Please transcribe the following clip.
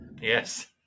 Yes